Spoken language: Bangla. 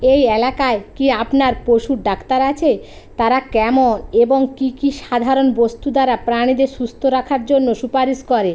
এই এলাকায় কি আপনার পশুর ডাক্তার আছে তারা কেমন এবং কী কী সাধারণ বস্তু দ্বারা প্রাণীদের সুস্থ রাখার জন্য সুপারিশ করে